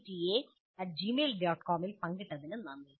com ൽ പങ്കിട്ടതിന് നന്ദി